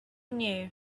knew